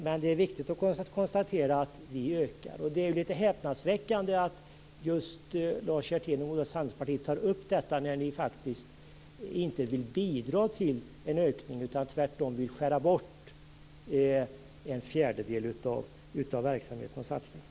Men det är viktigt att konstatera att vi ökar satsningen. Det är häpnadsväckande att just Lars Hjertén och Moderata samlingspartiet tar upp detta, eftersom de inte vill bidra till en ökning utan tvärtom vill skära bort en fjärdedel av verksamheten och satsningen.